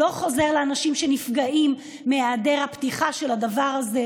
לא חוזר לאנשים שנפגעים מהיעדר הפתיחה של הדבר הזה,